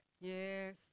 Yes